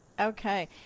Okay